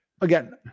Again